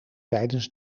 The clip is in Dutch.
tijdens